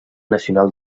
nacional